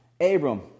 Abram